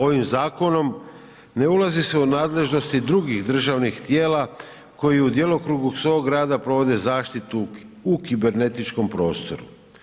Ovim zakonom ne ulazi se u nadležnosti drugih državnih tijela koji u djelokrugu svog rada provode zaštitu u kibernetičkom prostoru.